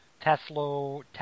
Tesla